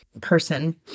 person